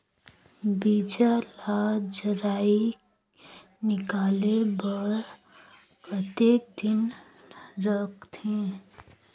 बीजा ला जराई निकाले बार कतेक दिन रखथे?